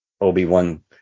Obi-Wan